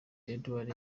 edwards